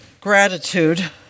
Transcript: gratitude